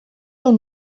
del